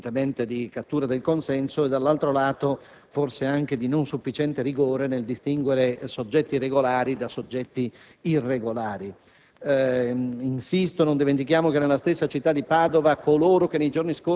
esercizio del potere connesso per ragioni evidentemente di cattura del consenso, e dall'altro, forse, anche un non sufficiente rigore nel distinguere soggetti regolari da soggetti irregolari.